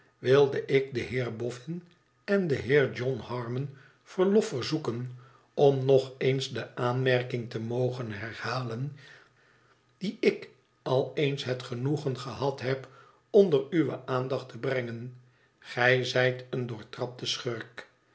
wilde ik den heer boffin en den heer john harmon verlof verzoeken om nog eens de aanmerking te mogen herhalen die ik al eens het genoegen gehad heb onder uwe aandacht te brengen gij zijt een doortrapte schurk